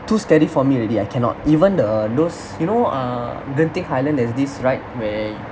too scary for me already I cannot even the those you know uh genting highland there is this ride where